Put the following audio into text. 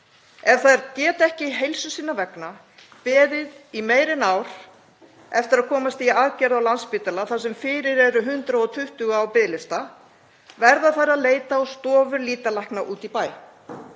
Ef þær geta ekki, heilsu sinnar vegna, beðið í meira en ár eftir að komast í aðgerð á Landspítala, þar sem fyrir eru 120 á biðlista, verða þær að leita á stofur lýtalækna úti í bæ.